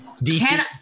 DC